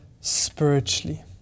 spiritually